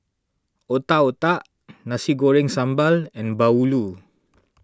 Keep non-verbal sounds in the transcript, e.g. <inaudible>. Otak Otak <noise> Nasi Goreng Sambal and Bahulu